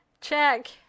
Check